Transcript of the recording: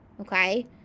Okay